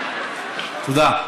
תודה.